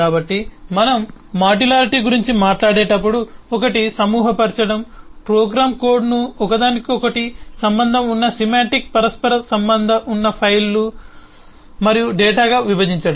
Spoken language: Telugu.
కాబట్టి మనం మాడ్యులారిటీ గురించి మాట్లాడేటప్పుడు ఒకటి సమూహపరచడం ప్రోగ్రామ్ కోడ్ను ఒకదానికొకటి సంబంధం ఉన్న సెమాంటిక్గా పరస్పర సంబంధం ఉన్న ఫైల్లు మరియు డేటాగా విభజించడం